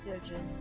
children